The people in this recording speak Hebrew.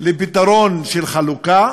לפתרון של חלוקה